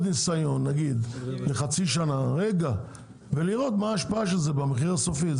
ניסיון לחצי שנה ולראות מה ההשפעה של זה במחיר הסופי.